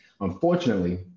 Unfortunately